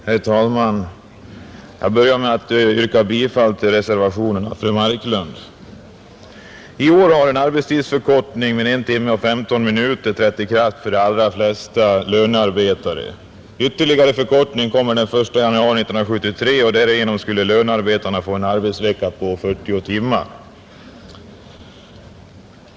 Herr talman! Jag börjar med att yrka bifall till reservationen av fru Marklund. I år har en arbetstidsförkortning med 1 timme 15 minuter trätt i kraft för de allra flesta lönearbetare. Ytterligare förkortning kommer den 1 januari 1973. Därigenom får lönearbetarna en arbetsvecka på 40 timmar.